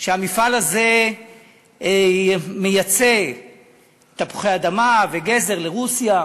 והמפעל הזה מייצא תפוחי-אדמה וגזר לרוסיה.